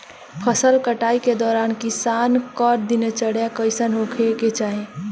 फसल कटाई के दौरान किसान क दिनचर्या कईसन होखे के चाही?